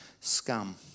scum